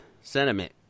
sentiment